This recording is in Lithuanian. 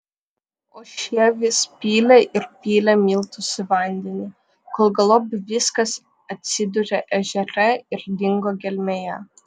o šie vis pylė ir pylė miltus į vandenį kol galop viskas atsidūrė ežere ir dingo gelmėje